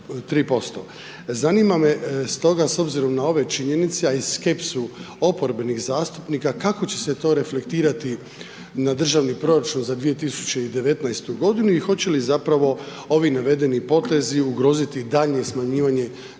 Zanima me stoga, s obzirom na ove činjenice, a i skepsu oporbenih zastupnika, kako će se to reflektirati na državni proračun za 2019.-tu godinu i hoće li zapravo ovi navedeni potezi ugroziti daljnje smanjivanje